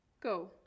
Go